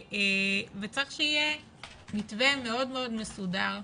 צריך שיהיה מתווה מאוד מאוד מסודר,